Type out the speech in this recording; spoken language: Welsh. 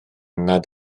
nad